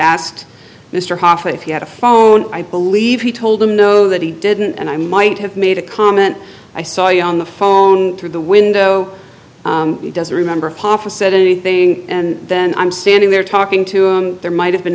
asked mr hoffa if you had a phone i believe he told him no that he didn't and i might have made a comment i saw you on the phone through the window he doesn't remember hoffa said anything and then i'm standing there talking to him there might have been